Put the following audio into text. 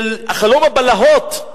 חלום הבלהות,